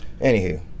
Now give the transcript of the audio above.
anywho